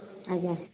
ଆଜ୍ଞା